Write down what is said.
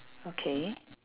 okay